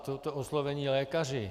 To oslovení lékaři.